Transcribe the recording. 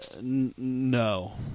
No